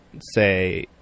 say